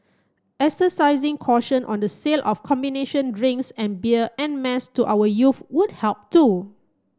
exercising caution on the sale of combination drinks and beer en mass to our youth would help too